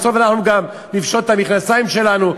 בסוף אנחנו גם נפשוט את המכנסיים שלנו,